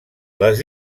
les